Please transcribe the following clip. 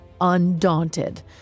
undaunted